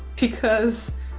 because.